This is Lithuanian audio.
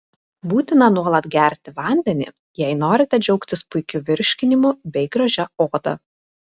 būtina nuolat gerti vandenį jei norite džiaugtis puikiu virškinimu bei gražia oda